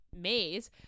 maze